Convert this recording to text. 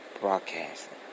Broadcasting